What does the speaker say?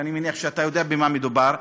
ואני מניח שאתה יודע במה מדובר,